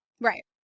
right